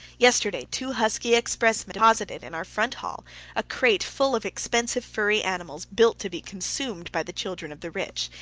yesterday two husky expressmen deposited in our front hall a crate full of expensive furry animals built to be consumed by the children of the rich.